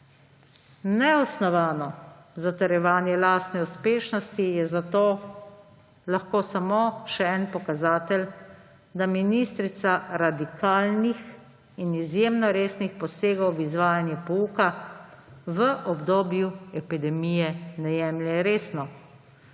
Neosnovano zatrjevanje lastne uspešnosti je zato lahko samo še en pokazatelj, da ministrica radikalnih in izjemno resnih posegov v izvajanje pouka v obdobju epidemije ne jemlje resno.